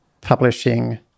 publishing